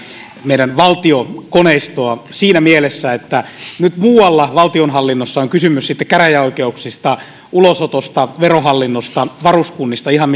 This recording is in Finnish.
meidän valtiokoneistoa siinä mielessä että nyt muualla valtionhallinnossa on kysymys sitten käräjäoikeuksista ulosotosta verohallinnosta varuskunnista ihan